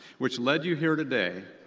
which led you here today,